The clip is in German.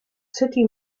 city